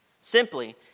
Simply